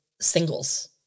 singles